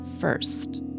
first